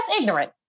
Ignorant